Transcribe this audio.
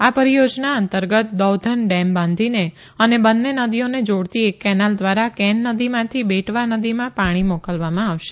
આ પરિયોજના અંતર્ગત દૌધન ડેમ બાંધીને અને બંન્ને નદીઓને જોડતી એક કેનાલ દ્વારા કેન નદીમાંથી બેટવા નદીમાં પાણી મોકલવામાં આવશે